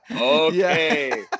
Okay